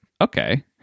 okay